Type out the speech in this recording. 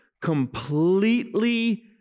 completely